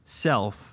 Self